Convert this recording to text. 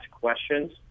questions